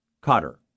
Cotter